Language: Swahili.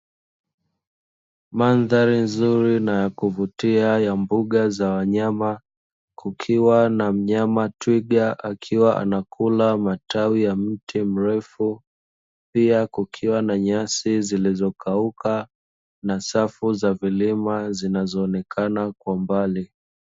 Mandhari nzuri na ya kuvutia ya mbuga za wanyama, kukiwa na mnyama twiga akiwa anakula matawi ya mti mrefu, pia kukiwa na nyasi zilizokauka, na safu za milima zinazoonekana kwa mbali.